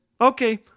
Okay